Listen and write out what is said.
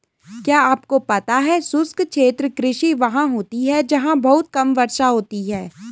क्या आपको पता है शुष्क क्षेत्र कृषि वहाँ होती है जहाँ बहुत कम वर्षा होती है?